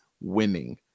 winning